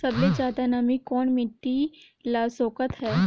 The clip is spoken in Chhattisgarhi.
सबले ज्यादा नमी कोन मिट्टी ल सोखत हे?